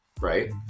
right